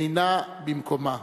אינה במקומה.